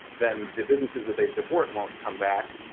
then the businesses that they support won't come back.